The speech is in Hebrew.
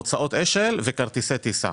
הוצאות אש"ל וכרטיסי טיסה.